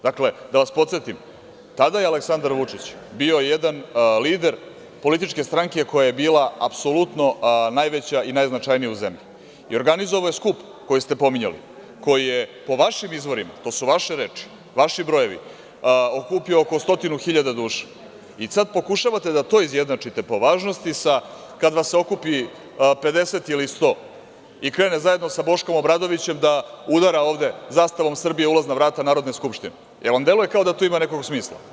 Dakle, da vas podsetim, tada je Aleksandar Vučić bio jedan lider političke stranke koja je bila apsolutno najveća i najznačajnija u zemlji i organizovao je skup koji ste pominjali, koji je po vašim izvorima, to su vaše reči, vaši brojevi, okupio oko stotinu hiljada duša i sad pokušavate da to izjednačite po važnosti sa kad vas se okupi 50 ili 100 i krene zajedno sa Boškom Obradovićem da udara ovde zastavom Srbije ulazna vrata Narodne skupštine, da li vam deluje kao da to ima nekog smisla?